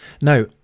Now